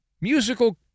musical